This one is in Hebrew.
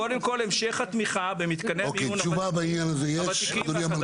המשך התמיכה במתקני המיון הוותיקים והחדשים.